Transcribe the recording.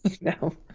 No